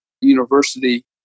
university